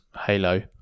halo